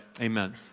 Amen